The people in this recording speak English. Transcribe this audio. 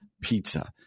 pizza